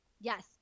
yes